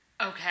Okay